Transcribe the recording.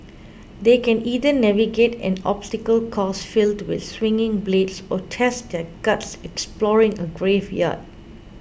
they can either navigate an obstacle course filled with swinging blades or test their guts exploring a graveyard